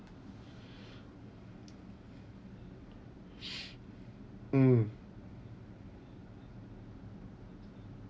mm